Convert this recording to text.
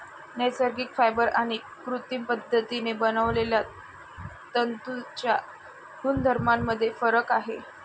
नैसर्गिक फायबर आणि कृत्रिम पद्धतीने बनवलेल्या तंतूंच्या गुणधर्मांमध्ये फरक आहे